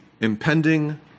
impending